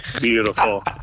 Beautiful